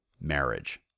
Marriage